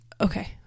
Okay